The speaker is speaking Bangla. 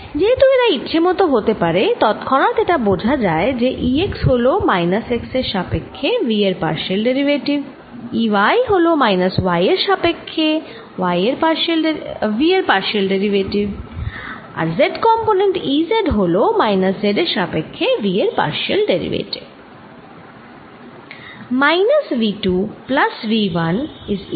যেহেতু এরা ইচ্ছেমত হতে পারে তৎক্ষণাৎ এটা বোঝা যায় যে E x হল মাইনাস x এর সাপক্ষ্যে v এর পার্শিয়াল ডেরিভেটিভ E y হল মাইনাস y এর সাপক্ষ্যে v এর partial derivative z component E z হল মাইনাস z এর সাপক্ষ্যে v এর পার্শিয়াল ডেরিভেটিভ